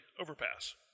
overpass